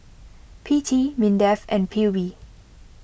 P T Mindef and P U B